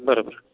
बरं बरं